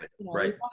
Right